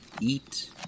eat